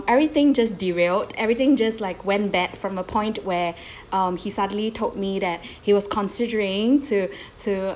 everything just derailed everything just like went bad from a point where he suddenly told me that he was considering to to